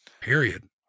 period